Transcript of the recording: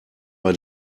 bei